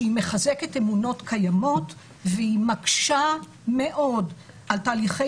היא מחזקת אמונות קיימות והיא מקשה מאוד על תהליכי